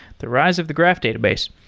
the rise of the graph database.